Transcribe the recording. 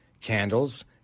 Candles